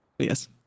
Yes